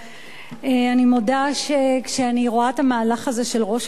אני מודה שכשאני רואה את המהלך הזה של ראש הממשלה